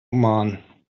oman